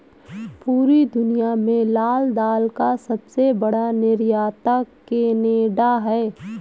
पूरी दुनिया में लाल दाल का सबसे बड़ा निर्यातक केनेडा है